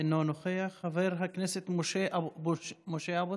אינו נוכח, חבר הכנסת משה אבוטבול,